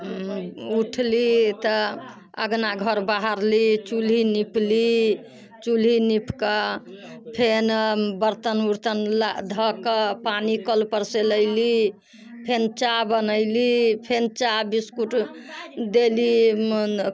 उठली तऽ अँगना घर बहारली चूल्ही नीपली चूल्ही नीपकऽ फेन बर्तन ओर्तन धऽ कऽ पानि कल पर से लयली फेन चाह बनयली फेन चाह बिस्कुट देली